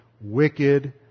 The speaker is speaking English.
wicked